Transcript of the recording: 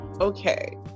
okay